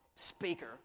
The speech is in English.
Speaker